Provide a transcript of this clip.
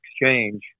exchange